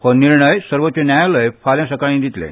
हो निर्णय सर्वोच्च न्यायालय फाल्यां सकाळीं दितलें